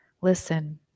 Listen